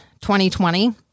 2020